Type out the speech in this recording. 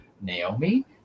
Naomi